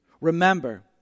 Remember